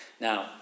Now